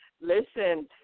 Listen